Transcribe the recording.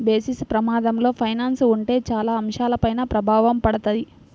basis ప్రమాదంలో finance ఉంటే చాలా అంశాలపైన ప్రభావం పడతది